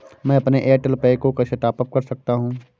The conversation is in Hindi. मैं अपने एयरटेल पैक को कैसे टॉप अप कर सकता हूँ?